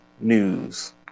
news